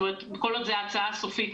כל עוד זו ההצעה הסופית,